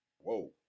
Whoa